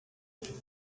kuri